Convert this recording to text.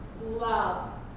love